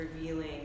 revealing